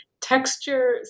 texture